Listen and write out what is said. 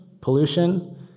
pollution